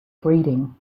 breeding